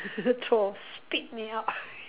throw spit me out